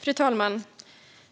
Fru talman!